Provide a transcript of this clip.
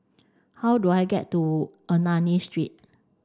how do I get to Ernani Street